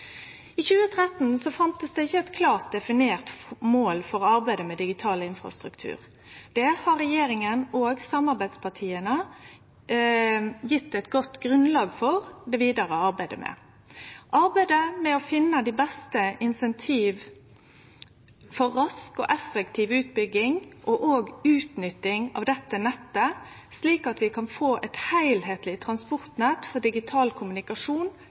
I 2013 fanst det ikkje eit klart definert mål for arbeidet med digital infrastruktur. Det har regjeringa og samarbeidspartia gjeve eit godt grunnlag for det vidare arbeidet med. Arbeidet med å finne dei beste incentiva for rask og effektiv utbygging og òg utnytting av dette nettet slik at vi kan få eit heilskapleg transportnett for digital kommunikasjon,